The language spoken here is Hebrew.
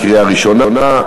חוק ומשפט להכנה לקריאה ראשונה.